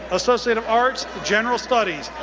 associate of arts, general studies,